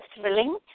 thrilling